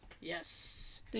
Yes